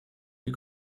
die